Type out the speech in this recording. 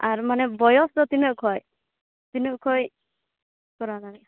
ᱟᱨ ᱢᱟᱱᱮ ᱵᱚᱭᱚᱥᱫᱚ ᱛᱤᱱᱟᱹᱜ ᱠᱷᱚᱡ ᱛᱤᱱᱟᱹᱜ ᱠᱷᱚᱡ ᱠᱚᱨᱟᱣ ᱜᱟᱱᱚᱜᱼᱟ